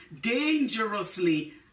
dangerously